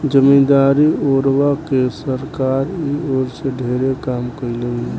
जमीदारी ओरवा के सरकार इ ओर में ढेरे काम कईले बिया